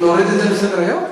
להוריד את זה מסדר-היום?